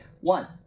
One